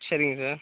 சரிங்க சார்